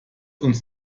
uns